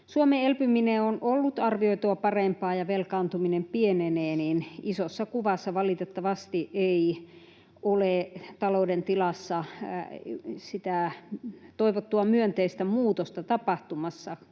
Suomen elpyminen on ollut arvioitua parempaa ja velkaantuminen pienenee, niin isossa kuvassa valitettavasti ei ole talouden tilassa sitä toivottua myönteistä muutosta tapahtumassa.